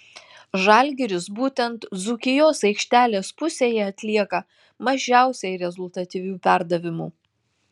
žalgiris būtent dzūkijos aikštelės pusėje atlieka mažiausiai rezultatyvių perdavimų